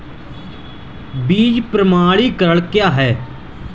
बीज प्रमाणीकरण क्या है?